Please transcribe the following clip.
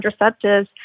contraceptives